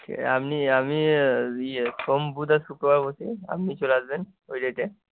ঠিক আছে আপনি আমি ইয়ে সোম বুধ আর শুক্রবার বসি আপনি চলে আসবেন ওই ডেটে